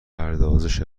پردازش